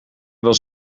was